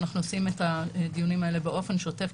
אנחנו מקיימים את הדיונים האלה באופן שוטף,